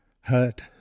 hurt